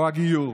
או הגיור.